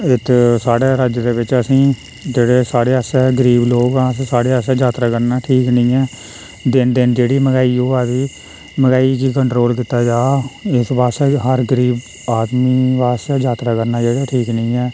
इत्त साढ़े राज्य दे बिच्च असेंई जेह्ड़े साढ़े आसेआ गरीब लोक न साढ़े आसेआ इत्थे यात्रा करना ठीक नी ऐ दिन दिन जेह्ड़ी मैंह्गाई होआ दी मैंह्गाई गी कंट्रोल कीता जा इस बास्तै बी हर गरीब आदमी बास्तै यात्रा करना जेह्ड़ी ठीक नेईं ऐ